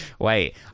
wait